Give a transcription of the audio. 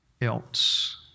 else